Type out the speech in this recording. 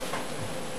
בן-ארי.